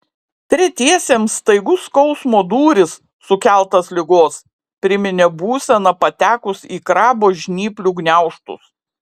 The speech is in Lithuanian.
tretiesiems staigus skausmo dūris sukeltas ligos priminė būseną patekus į krabo žnyplių gniaužtus